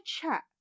chat